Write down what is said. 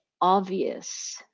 obvious